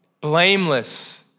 blameless